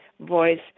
voice